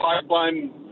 pipeline